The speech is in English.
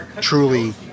truly